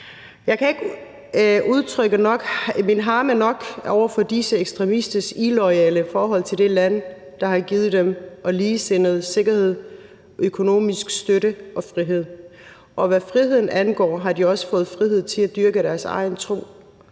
harme nok over for disse ekstremisters illoyale forhold til det land, der har givet dem og ligesindede sikkerhed, økonomisk støtte og frihed. Og hvad friheden angår, har de også fået frihed til at dyrke deres egen tro.